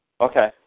Okay